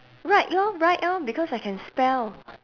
write lor write orh because I can spell